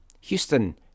Houston